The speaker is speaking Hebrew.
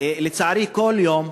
לצערי כל יום,